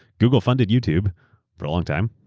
google funded youtube for a long time.